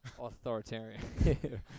Authoritarian